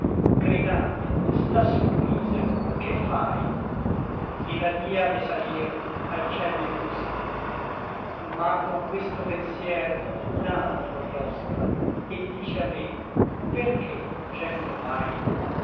gridando sta su misero che fai et la via de salir al ciel mi mostra ma con questo pensier un altro giostra et dice a me perché fuggendo vai